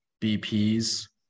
BPs